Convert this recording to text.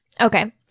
Okay